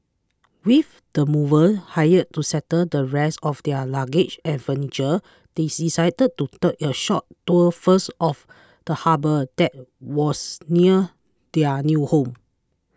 with the movers hired to settle the rest of their luggage and furniture they decided to take a short tour first of the harbour that was near their new home